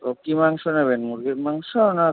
ও কী মাংস নেবেন মুরগীর মাংস না